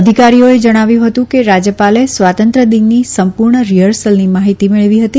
અધિકારીઓએ જણાવ્યું હતું કે રાજયપાલે સ્વાતંત્ર દિનની સંપુર્ણ રીહર્શલની માહિતી મેળવી હતી